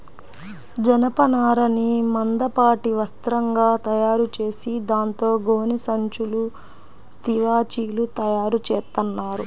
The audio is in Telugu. జనపనారని మందపాటి వస్త్రంగా తయారుచేసి దాంతో గోనె సంచులు, తివాచీలు తయారుచేత్తన్నారు